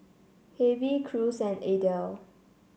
Hervey Cruz and Adel